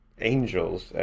angels